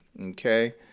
Okay